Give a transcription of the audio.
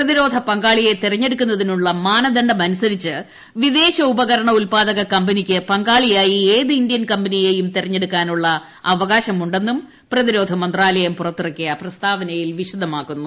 പ്രതിരോധ പങ്കാളിയെ തിരഞ്ഞെടുക്കുന്നതിനുള്ള മാനദണ്ഡമനുസരിച്ച് വിദേശ ഉപകരണ ഉത്പാദക കമ്പനിക്ക് പങ്കാളിയായി ഏത് ഇന്ത്യൻ കമ്പനിയേയും തിരഞ്ഞെടുക്കാനുള്ള അവകാശമുണ്ടെന്നും പ്രതിരോധ മന്ത്രാലയം പുറത്തിറക്കിയ പ്രസ്താവനയിൽ വിശദമാക്കുന്നു